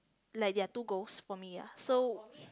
like there are two ghosts for me ah so